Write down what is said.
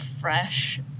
fresh